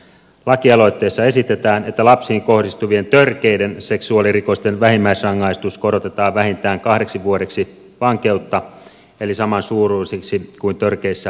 lakialoitteessa esitetään että lapsiin kohdistuvien törkeiden seksuaalirikosten vähimmäisrangaistus korotetaan vähintään kahdeksi vuodeksi vankeutta eli samansuuruiseksi kuin törkeissä raiskausrikoksissa